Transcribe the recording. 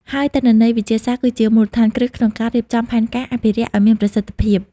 ហើយទិន្នន័យវិទ្យាសាស្ត្រគឺជាមូលដ្ឋានគ្រឹះក្នុងការរៀបចំផែនការអភិរក្សឲ្យមានប្រសិទ្ធភាព។